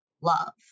love